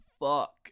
fuck